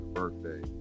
birthday